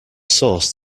source